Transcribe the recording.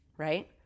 right